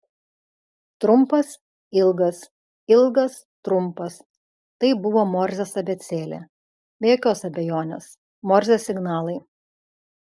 trumpas ilgas ilgas trumpas tai buvo morzės abėcėlė be jokios abejonės morzės signalai